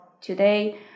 today